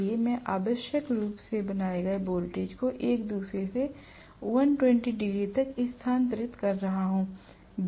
इसलिए मैं आवश्यक रूप से बनाए गए वोल्टेज को एक दूसरे से 120 डिग्री तक स्थानांतरित कर रहा हूं